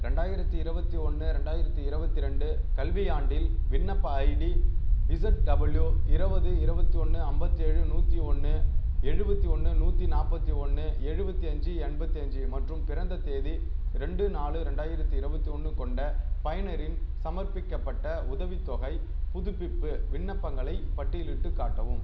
ரெண்டாயிரத்து இருபத்தி ஒன்னு ரெண்டாயிரத்து இருபத்தி ரெண்டு கல்வியாண்டில் விண்ணப்ப ஐடி இசட் டபிள்யூ இருவது இருபத்தி ஒன்று ஐம்பத்தேழு நூற்றி ஒன்று எழுபத்தி ஒன்று நூற்றி நாற்பத்தி ஒன்று எழுபத்தி அஞ்சு எண்பத்தி அஞ்சு மற்றும் பிறந்த தேதி ரெண்டு நாலு ரெண்டாயிரத்து இருபத்தி ஒன்று கொண்ட பயனரின் சமர்ப்பிக்கப்பட்ட உதவித்தொகைப் புதுப்பிப்பு விண்ணப்பங்களைப் பட்டியலிட்டுக் காட்டவும்